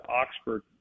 Oxford